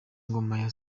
ngoma